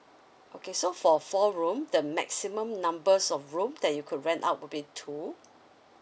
okay so for for room the maximum numbers of room that you could rent out be too